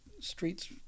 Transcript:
streets